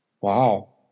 Wow